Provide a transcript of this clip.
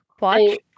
Watch